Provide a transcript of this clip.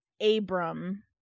Abram